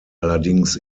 allerdings